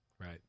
right